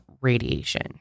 radiation